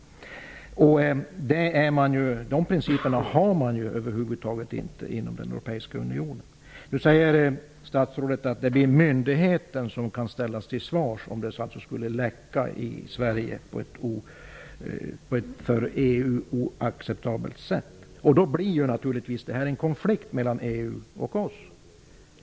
De principerna har man över huvud taget inte inom den europeiska unionen. Nu säger statsrådet att det blir myndigheten i Sverige som kommer att ställas till svars om det skulle läcka på ett för EU oacceptabelt sätt. Då blir det här naturligtvis en konflikt mellan EU och oss.